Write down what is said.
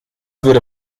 würde